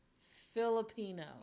Filipino